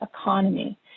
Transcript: economy